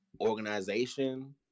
organization